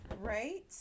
Right